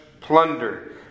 plunder